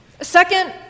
Second